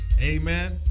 Amen